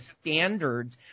standards